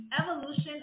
Evolution